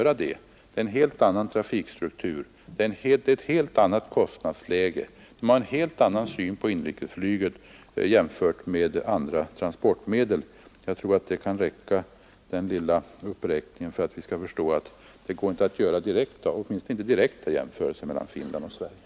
Där är det en helt annan trafikstruktur, ett helt annat kostnadsläge och man har där en helt annan syn på inrikesflyget jämfört med andra transportmedel än vad vi har. Jag tror att den lilla uppräkningen kan räcka för att alla skall förstå att det inte går att göra några direkta jämförelser mellan Sverige och Finland.